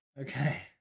Okay